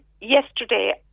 yesterday